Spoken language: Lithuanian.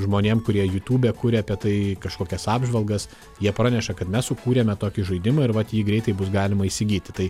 žmonėm kurie jutūbe kuria apie tai kažkokias apžvalgas jie praneša kad mes sukūrėme tokį žaidimą ir vat jį greitai bus galima įsigyti tai